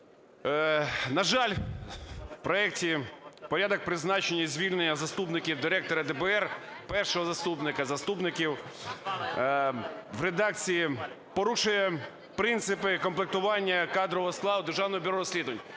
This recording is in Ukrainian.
На жаль, у проекті порядок призначення і звільнення заступників директора ДБР, першого заступника, заступників у редакції порушує принципи комплектування кадрового складу Державного бюро розслідувань.